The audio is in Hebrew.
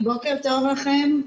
בוקר טוב לכם,